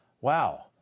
Wow